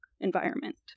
environment